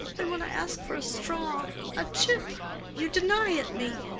and when i ask for a straw, a chip you deny it me.